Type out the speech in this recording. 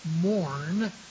mourn